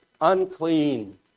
Unclean